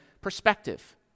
perspective